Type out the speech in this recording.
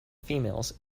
females